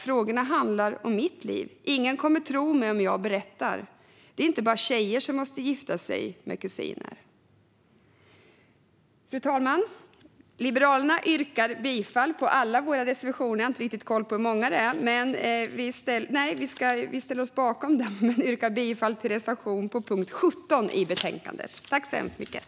"Frågorna handlar om mitt liv. Ingen kommer tro mig om jag berättar. Det är inte bara tjejer som måste gifta sig med kusiner." Fru talman! Vi liberaler står bakom alla våra reservationer - jag har inte riktigt koll på hur många de är - men jag yrkar bifall till reservationen under punkt 17 i betänkandet.